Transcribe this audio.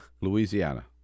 Louisiana